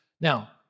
Now